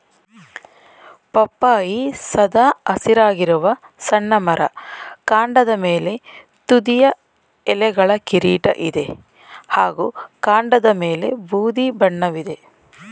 ಪಪ್ಪಾಯಿ ಸದಾ ಹಸಿರಾಗಿರುವ ಸಣ್ಣ ಮರ ಕಾಂಡದ ಮೇಲೆ ತುದಿಯ ಎಲೆಗಳ ಕಿರೀಟ ಇದೆ ಹಾಗೂ ಕಾಂಡದಮೇಲೆ ಬೂದಿ ಬಣ್ಣವಿದೆ